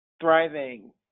Thriving